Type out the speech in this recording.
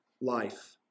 life